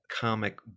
comic